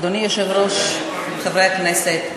אדוני היושב-ראש, חברי הכנסת,